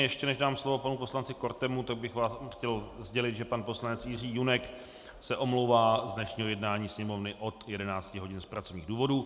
Ještě než dám slovo panu poslanci Kortemu, tak bych vám chtěl sdělit, že pan poslanec Jiří Junek se omlouvá z dnešního jednání Sněmovny od 11 hodin z pracovních důvodů.